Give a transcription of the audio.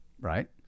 right